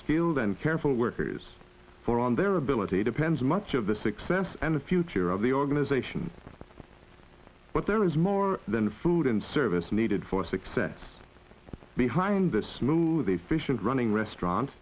skilled and careful workers for on their ability depends much of the success and the future of the organization but there is more than food and service needed for success behind this move the fish and running restaurants